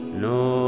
no